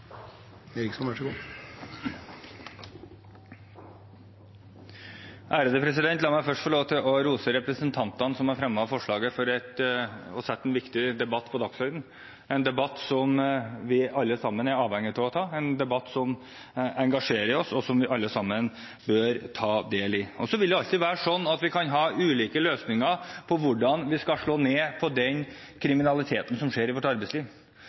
vi alle sammen er avhengig av å ta, en debatt som engasjerer oss, og som vi alle sammen bør ta del i. Så vil det alltid være sånn at vi kan ha ulike løsninger for hvordan vi skal slå ned på den kriminaliteten som skjer i vårt arbeidsliv.